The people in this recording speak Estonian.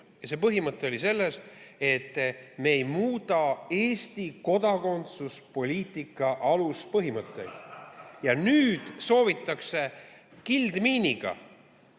see põhimõte oli, et me ei muuda Eesti kodakondsuspoliitika aluspõhimõtteid. Ja nüüd soovitakse kildmiiniga